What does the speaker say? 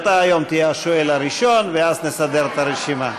היום אתה תהיה השואל הראשון ואז נסדר את הרשימה.